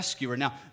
Now